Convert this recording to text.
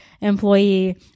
employee